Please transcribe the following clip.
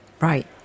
right